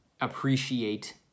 appreciate